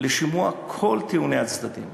לשמוע את כל טיעוני הצדדים,